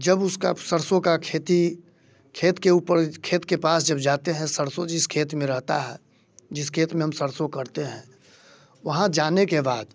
जब उसकी सरसों का खेती खेत के ऊपर खेत के पास जब जाते हैं सरसों जिस खेत में रहती है जिस खेत में हम सरसों करते हैं वहाँ जाने के बाद